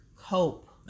cope